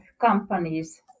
companies